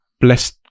Bless